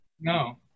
No